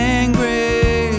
angry